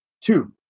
two